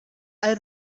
hay